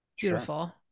beautiful